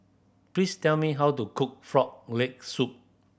please tell me how to cook Frog Leg Soup